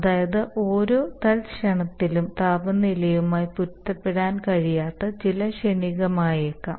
അതായത് ഓരോ തൽക്ഷണത്തിലും താപനിലയുമായി പൊരുത്തപ്പെടാൻ കഴിയാത്ത ചില ക്ഷണികമായേക്കാം